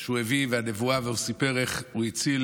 שהוא הביא, והנבואה, הוא סיפר איך הוא הציל